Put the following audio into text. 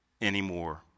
anymore